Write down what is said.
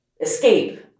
escape